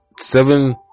seven